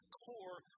core